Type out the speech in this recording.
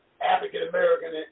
African-American